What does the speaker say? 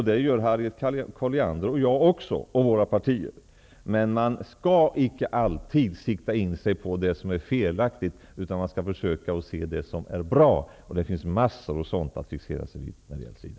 Det gör Harriet Colliander och jag och våra resp. partier också. Man skall dock inte alltid sikta in sig på det som är felaktigt utan man skall försöka se det som är bra. Det är massor som är bra och som man kan fixera sig vid när det gäller SIDA.